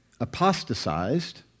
apostatized